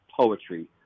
poetry